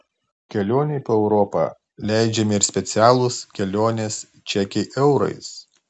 kelionei po europą leidžiami ir specialūs kelionės čekiai eurais